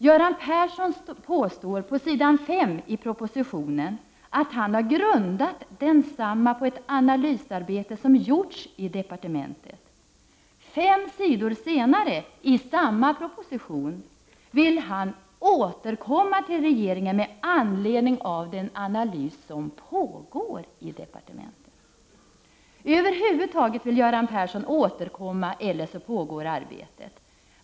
Göran Persson påstår på s. 5 i propositionen att han har grundat propositionen på ett analysarbete som har gjorts i departementet. Fem sidor senare i samma proposition säger han att hans avsikt är att återkomma till regeringen med anledning av den analys som pågår i departementet. Över huvud taget säger Göran Persson att han vill återkomma eller att det pågår ett arbete.